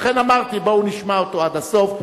לכן אמרתי: בואו נשמע אותו עד הסוף.